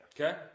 Okay